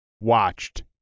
watched